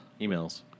emails